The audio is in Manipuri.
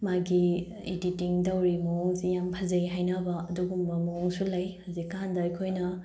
ꯃꯥꯒꯤ ꯏꯗꯤꯇꯤꯡ ꯇꯧꯔꯤꯕ ꯃꯑꯣꯡꯁꯤ ꯌꯥꯝ ꯐꯖꯩ ꯍꯥꯏꯅꯕ ꯑꯗꯨꯒꯨꯝꯕ ꯃꯑꯣꯡꯁꯨ ꯂꯩ ꯍꯧꯖꯤꯛ ꯀꯥꯟꯗ ꯑꯩꯈꯣꯏꯅ